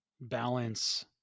balance